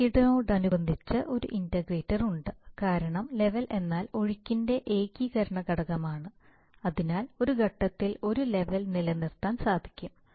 ഒഴുക്കിനോടനുബന്ധിച്ച് ഒരു ഇന്റഗ്രേറ്റർ ഉണ്ട് കാരണം ലെവൽ എന്നാൽ ഒഴുക്കിന്റെ ഏകീകരണ ഘടകമാണ് അതിനാൽ ഒരു ഘട്ടത്തിൽ ഒരു ലെവൽ നിലനിർത്താൻ സാധിക്കും